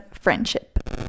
friendship